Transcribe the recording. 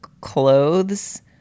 clothes